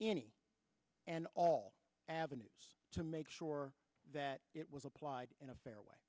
any and all avenues to make sure that it was applied in a fair way